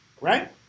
Right